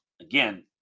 again